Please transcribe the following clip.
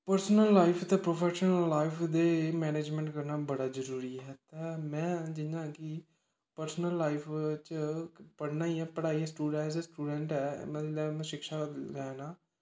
personal life ते professional life ते management करना बोह्त जरूरी ऐ ते में जियां कि पर्सनल लाइफ च पढ़ना गै ऐ पढ़ाई स्टूडैंट ऐ मतलब में शिक्षा लै ना